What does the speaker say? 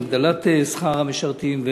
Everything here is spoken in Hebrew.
בהגדלת שכר המשרתים.